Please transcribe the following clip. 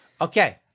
Okay